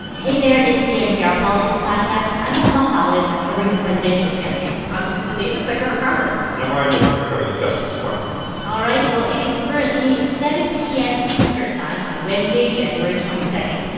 hey there. it's the npr politics podcast i'm asma khalid. i'm covering the presidential campaign i'm susan davis. i cover congress and i'm ryan lucas. i cover the justice department all right. well, it is currently seven p m. eastern time on wednesday, january twenty two.